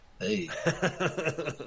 Hey